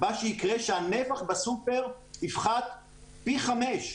מה שיקרה שהנפח בסופר יפחת פי חמישה,